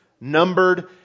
numbered